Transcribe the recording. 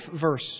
verse